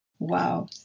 Wow